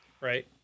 right